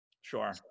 Sure